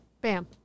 bam